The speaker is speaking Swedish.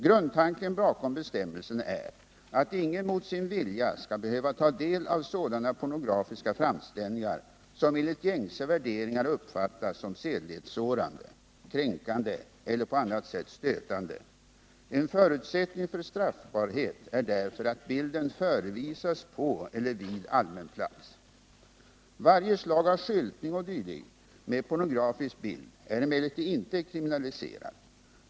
Grundtanken bakom bestämmelsen är att ingen mot sin vilja skall behöva ta del av sådana pornografiska framställningar som enligt gängse värderingar uppfattas som sedlighetssårande, kränkande eller på annat sätt stötande. En förutsättning för straffbarhet är därför att bilden förevisas på eller vid allmän plats. Varje slag av skyltning e.d. med pornografisk bild är emellertid inte kriminaliserad.